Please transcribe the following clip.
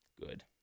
Good